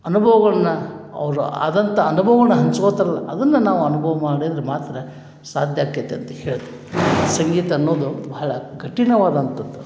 ಅನುಭವಗಳನ್ನು ಅವರು ಆದಂಥ ಅನುಭವಗಳನ್ನ ಹಂಚ್ಕೊತಾರಲ್ಲ ಅದನ್ನು ನಾವು ಅನ್ಭವ ಮಾಡಿದ್ರೆ ಮಾತ್ರ ಸಾಧ್ಯ ಆಕೈತಿ ಅಂತ ಹೇಳ್ತಿ ಸಂಗೀತ ಅನ್ನೋದು ಭಾಳ ಕಠಿಣವಾದಂಥದ್ದು